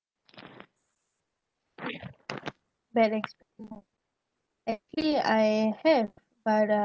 bad experience actually I have but uh